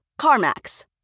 CarMax